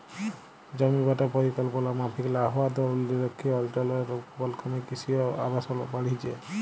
জমিবাঁটা পরিকল্পলা মাফিক লা হউয়ার দরুল লিরখ্খিয় অলচলগুলারলে বল ক্যমে কিসি অ আবাসল বাইড়হেছে